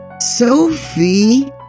Sophie